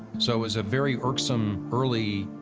so it was a very irksome, early,